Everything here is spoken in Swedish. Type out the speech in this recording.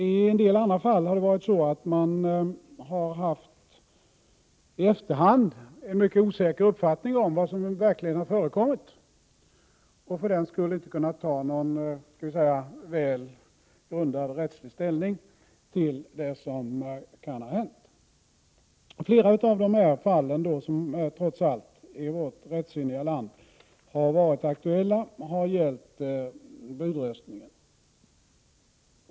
I en del andra fall har man i efterhand haft en mycket osäker uppfattning om vad som verkligen har förekommit och har för den skull inte på ett välgrundat sätt kunnat ta rättslig ställning till det som kan ha hänt. Flera av de här fallen, som trots allt har varit aktuella i vårt rättsinniga land, har gällt budröstning.